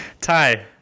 Ty